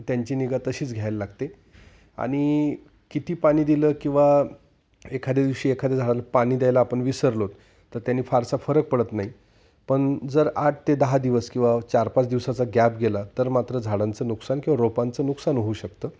त्यांची निगा तशीच घ्यायला लागते आणि किती पाणी दिलं किंवा एखाद्या दिवशी एखाद्या झाडाला पाणी द्यायला आपण विसरलो तर त्याने फारसा फरक पडत नाही पण जर आठ ते दहा दिवस किंवा चार पाच दिवसाचा गॅप गेला तर मात्र झाडांचं नुकसान किंवा रोपांचं नुकसान होऊ शकतं